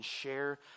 share